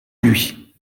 lui